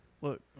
look